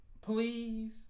please